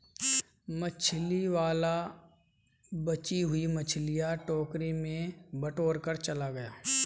मछली वाला बची हुई मछलियां टोकरी में बटोरकर चला गया